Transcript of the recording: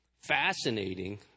fascinating